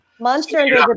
Monster